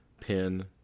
pin